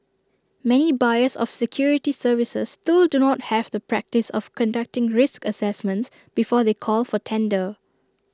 many buyers of security services still do not have the practice of conducting risk assessments before they call for tender